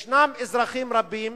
יש אזרחים רבים